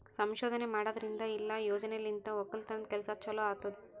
ಸಂಶೋಧನೆ ಮಾಡದ್ರಿಂದ ಇಲ್ಲಾ ಯೋಜನೆಲಿಂತ್ ಒಕ್ಕಲತನದ್ ಕೆಲಸ ಚಲೋ ಆತ್ತುದ್